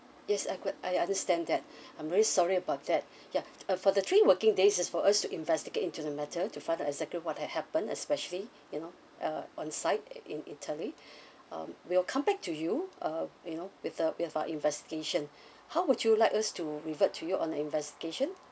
yes I could I understand that I'm very sorry about that ya uh for the three working days is for us to investigate into the matter to find out exactly what had happened especially you know uh on side in italy um we'll come back to you uh you know with uh we have our investigation how would you like us to revert to you on the investigation